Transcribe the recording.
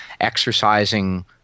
exercising